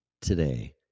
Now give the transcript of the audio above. today